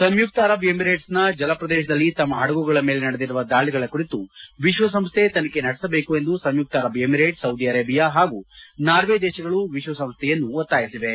ಸಂಯುಕ್ತ Arab ಎಮಿರೇಟ್ಸ್ನ ಜಲಪ್ರದೇತದಲ್ಲಿ ತಮ್ಮ ಹಡಗುಗಳ ಮೇಲೆ ನಡೆದಿರುವ ದಾಳಿಗಳ ಕುರಿತು ವಿಶ್ವಸಂಸ್ಟೆ ತನಿಖೆ ನಡೆಸಬೇಕು ಎಂದು ಸಂಯುಕ್ತ ಅರಬ್ ಎಮಿರೇಟ್ ಸೌದಿ ಅರೇಬಿಯಾ ಹಾಗೂ ನಾರ್ವೆ ದೇಶಗಳು ವಿಶ್ವಸಂಸ್ಥೆಯನ್ನು ಒತ್ತಾಯಿಸಿವೆ